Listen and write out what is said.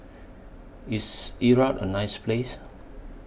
IS Iraq A nice Place